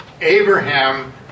Abraham